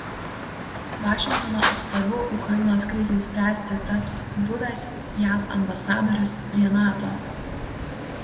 vašingtono atstovu ukrainos krizei spręsti taps buvęs jav ambasadorius prie nato